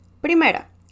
Primera